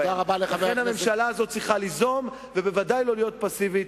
לכן הממשלה הזאת צריכה ליזום ובוודאי לא להיות פסיבית,